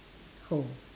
home